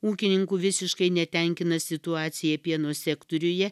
ūkininkų visiškai netenkina situacija pieno sektoriuje